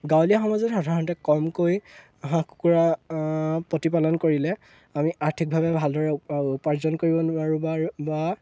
গাঁৱলীয়া সমাজত সাধাৰণতে কমকৈ হাঁহ কুকুৰা প্ৰতিপালন কৰিলে আমি আৰ্থিকভাৱে ভালদৰে উপাৰ্জন কৰিব নোৱাৰোঁ বা